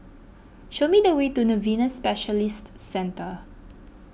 show me the way to Novena Specialist Centre